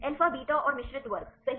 alpha beta और मिश्रित वर्ग सही